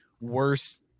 worse